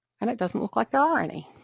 and it doesn't look like there are any.